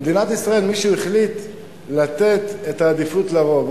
במדינת ישראל מישהו החליט לתת את העדיפות לרוב.